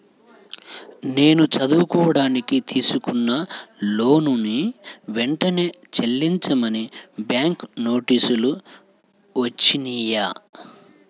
నేను చదువుకోడానికి తీసుకున్న లోనుని వెంటనే చెల్లించమని బ్యాంకు నోటీసులు వచ్చినియ్యి